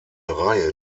reihe